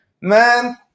Man